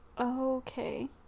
Okay